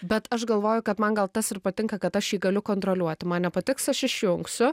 bet aš galvoju kad man gal tas ir patinka kad aš jį galiu kontroliuoti man nepatiks aš išjungsiu